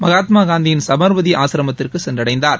மகாத்மா காந்தியின் சப்மதி ஆசிரமத்திற்கு சென்றடைந்தார்